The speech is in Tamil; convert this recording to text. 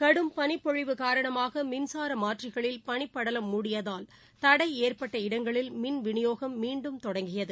கடும் பனிப்பொழிவு காரணமாக மின்சார மாற்றிகளில் பனிப்படலம் மூடியதால் தடை ஏற்பட்ட இடங்களில் மின்வினியோகம் மீண்டும் தொடங்கியது